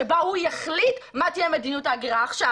שבה הוא יחליט מה תהיה מדיניות ההגירה עכשיו.